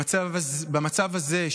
במצב הזה,